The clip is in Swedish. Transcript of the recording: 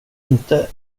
inte